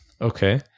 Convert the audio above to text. Okay